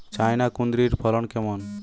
China কুঁদরীর ফলন কেমন?